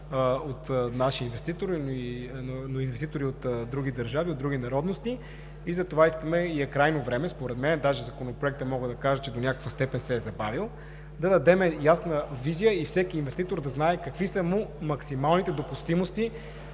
наши инвеститори, но и инвеститори от други държави, от други народности. Затова искаме и е крайно време – според мен даже Законопроектът до някаква степен се е забавил, да дадем ясна визия и всеки инвеститор да знае какви са максималните допустимости,